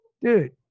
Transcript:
dude